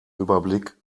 überblick